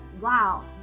wow